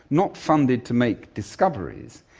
not funded to make discoveries.